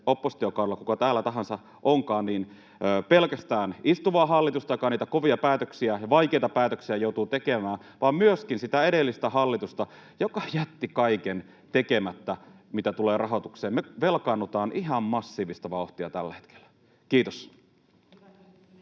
oppositiokaudella — kuka tahansa täällä onkaan — pelkästään istuvaa hallitusta, joka niitä kovia päätöksiä ja vaikeita päätöksiä joutuu tekemään, vaan myöskin edellistä hallitusta, joka jätti tekemättä kaiken, mitä tulee rahoitukseen. Me velkaannutaan ihan massiivista vauhtia tällä hetkellä. — Kiitos.